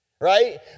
Right